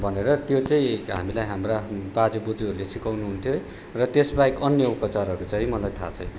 भनेर त्यो चाहिँ हामीलाई हाम्रा बाजे बोजुहरूले सिकउनु हुन्थ्यो है र त्यसबाहेक अन्य उपाचारहरू चाहिँ मलाई थाहा छैन